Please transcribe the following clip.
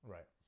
Right